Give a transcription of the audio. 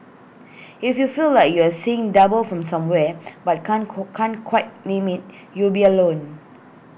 if you feel like you're seeing double from somewhere but can't can't quite name IT you'll be alone